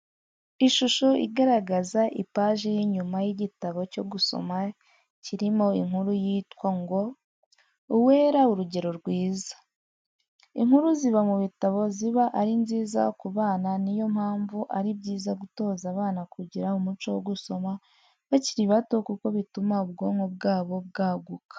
Ishusho igaragaza ipaji y'inyuma y'igitabo cyo gusama kirimo inkuru yitwa ngo: "Uwera urugero rwiza." Inkuru ziba mu bitabo ziba ari nziza ku bana ni yo mpamvu ari byiza gutoza abana kugira umuco wo gusoma bakiri bato kuko bituma ubwonko bwabo bwaguka.